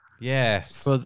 Yes